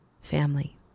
family